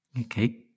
Okay